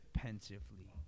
pensively